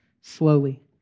slowly